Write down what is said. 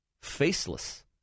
faceless